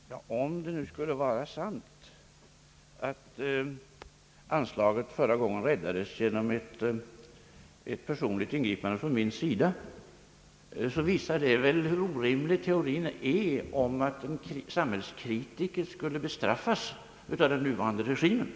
Herr talman! Om det nu skulle vara sant att anslaget förra gången räddades genom ett personligt ingripande från min sida, så visar väl det hur orimlig den teorien är att en samhällskritiker skulle bestraffas av den nuvarande regimen.